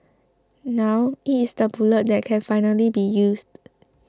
now it is the bullet that can finally be used